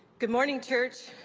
good morning, church.